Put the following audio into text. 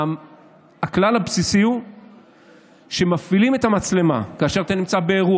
הכלל הבסיסי הוא שמפעילים את המצלמה כאשר אתה נמצא באירוע,